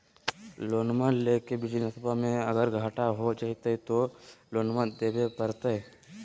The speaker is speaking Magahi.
लोनमा लेके बिजनसबा मे अगर घाटा हो जयते तो लोनमा देवे परते?